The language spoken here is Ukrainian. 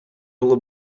було